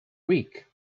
week